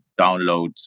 download